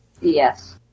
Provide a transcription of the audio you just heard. Yes